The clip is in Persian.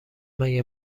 مگه